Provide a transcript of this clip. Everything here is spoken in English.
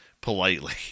politely